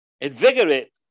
invigorate